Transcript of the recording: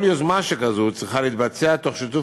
כל יוזמה שכזאת צריכה להתבצע תוך שיתוף